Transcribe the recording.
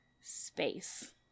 space